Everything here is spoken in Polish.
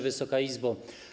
Wysoka Izbo!